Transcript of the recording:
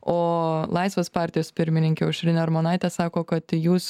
o laisvės partijos pirmininkė aušrinė armonaitė sako kad jūs